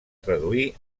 traduir